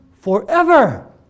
forever